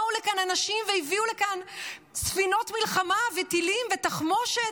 באו לכאן אנשים והביאו לכאן ספינות מלחמה וטילים ותחמושת,